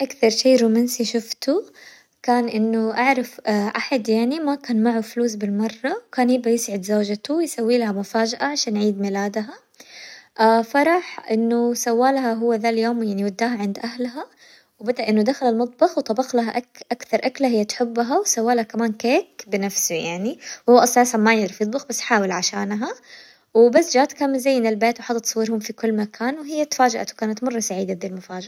أكثر شي رومانسي شوفته كان إنه أعرف أحد يعني ما كان معه فلوس بالمرة وكان يبى يسعد زوجته ويسويلها مفاجأة عشان عيد ميلادها، فراح إنه سوالها هو ذا اليوم يعني وداها عند أهلها وبدأ إنه دخل المطبخ وطبخلها أك- أكثر أكلة هي تحبها، وسوالها كمان كيك بنفسه يعني هو أساساً ما يعرف يطبخ بس حاول عشانها، وبس جات كان مزين البيت وحاطط صورهم في كل مكان وهي تفاجأت وكانت مرة سعيدة بذي المفاجأة.